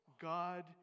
God